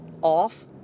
off